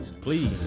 Please